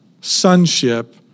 sonship